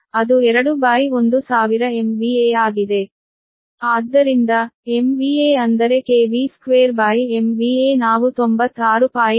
ಆದ್ದರಿಂದ MVA ಅಂದರೆ 2 MVA ನಾವು 96